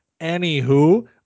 anywho